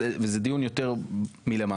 וזה דיון יותר מלמעלה,